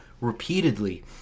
repeatedly